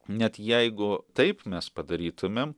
net jeigu taip mes padarytumėm